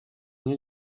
nie